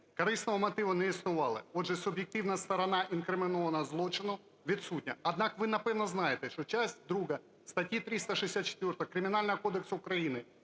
корисного мотиву не існувало. Отже, суб'єктивна сторона, інкримінованого злочину відсутня. Однак ви, напевно, знаєте, що частина друга статті 364 Кримінального кодексу України